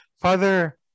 Father